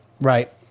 Right